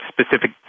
specific